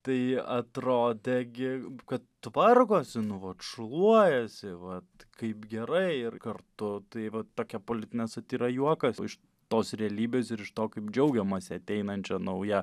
tai atrodė gi kad tvarkosi nu vat šluojasi vat kaip gerai ir kartu tai vat tokia politinė satyra juokas iš tos realybės ir iš to kaip džiaugiamasi ateinančia nauja